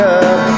up